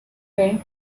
thanked